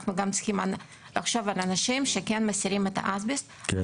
אנחנו גם צריכים לחשוב על האנשים שכן מסירים את האסבסט --- כן,